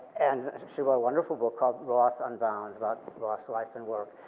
and she wrote a wonderful book called roth unbound about roth's life and work.